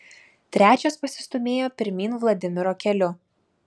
trečias pasistūmėjo pirmyn vladimiro keliu